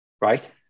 right